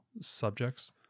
subjects